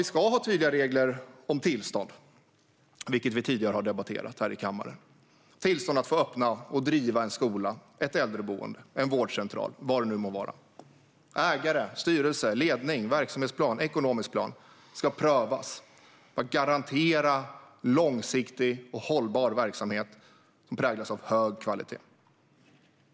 Vi ska ha tydliga regler för tillstånd, vilket vi tidigare har debatterat här i kammaren, att få öppna och driva en skola, ett äldreboende, en vårdcentral eller vad det nu må vara. Ägare, styrelse, ledning, verksamhetsplan och ekonomisk plan ska prövas för att garantera långsiktig och hållbar verksamhet som präglas av hög kvalitet.